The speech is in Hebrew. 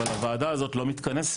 אבל הוועדה הזאת לא מתכנסת.